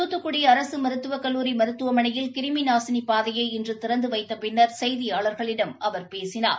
தூத்துக்குடி அரசு மருத்துவக் கல்லூரி மருத்துவமனையில் கிருமி நாசினி பாதையை இன்று திறந்து வைத்த பின்னர் செய்தியாளர்களிடம் அவர் பேசினார்